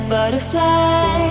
butterfly